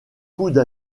coude